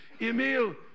Emil